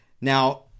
Now